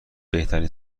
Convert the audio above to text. بهترین